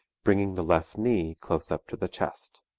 bringing the left knee close up to the chest.